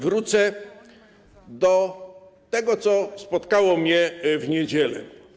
Wrócę do tego, co spotkało mnie w niedzielę.